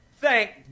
Thank